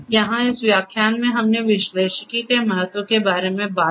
यहाँ इस व्याख्यान में हमने विश्लेषिकी के महत्व के बारे में बात की